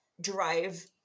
drive